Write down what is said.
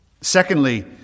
secondly